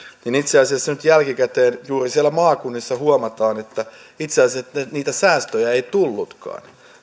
niin itse asiassa nyt jälkikäteen juuri siellä maakunnissa huomataan että itse asiassa niitä säästöjä ei tullutkaan